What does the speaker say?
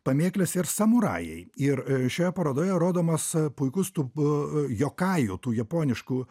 pamėklės ir samurajai ir šioje parodoje rodomas puikus tu jokajų tų japoniškų